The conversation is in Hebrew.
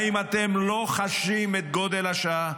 האם אתם לא חשים את גודל השעה?